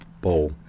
bowl